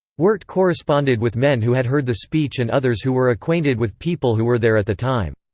wirt corresponded with men who had heard the speech and others who were acquainted with people who were there at the time.